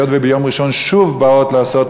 היות שביום ראשון הן שוב באות לעשות